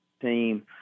team